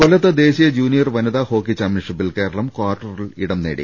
കൊല്ലത്ത് ദേശീയ ജൂനിയർ വനിതാ ഹോക്കി ചാമ്പ്യൻഷി പ്പിൽ കേരളം കാർട്ടറിൽ ഇടം നേടി